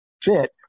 Fit